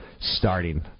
starting